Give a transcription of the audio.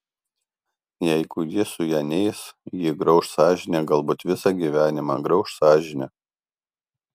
jeigu jis su ja neis jį grauš sąžinė galbūt visą gyvenimą grauš sąžinė